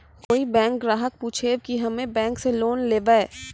कोई बैंक ग्राहक पुछेब की हम्मे बैंक से लोन लेबऽ?